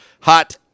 Hot